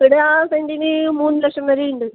ഇവിടെ സെന്റിന് മൂന്ന് ലക്ഷം വരെയുണ്ട്